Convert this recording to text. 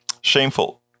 shameful